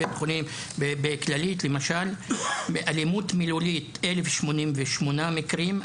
בכללית למשל אלימות מילולית 1,088 מקרים,